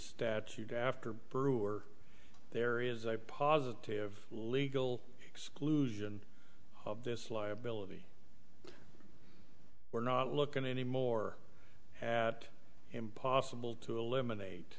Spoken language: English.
statute after brewer there is a positive legal exclusion of this liability we're not looking anymore at impossible to eliminate